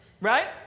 right